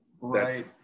right